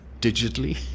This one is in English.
digitally